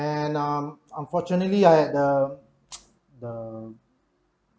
and um unfortunately I had the the